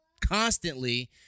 constantly